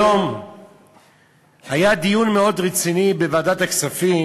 היום היה דיון מאוד רציני בוועדת הכספים.